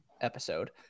episode